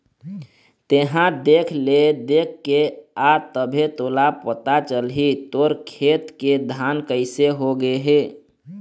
तेंहा देख ले देखके आ तभे तोला पता चलही तोर खेत के धान कइसे हो गे हे